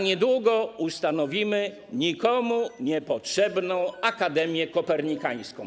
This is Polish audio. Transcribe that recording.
Niedługo ustanowimy nikomu niepotrzebną Akademię Kopernikańską.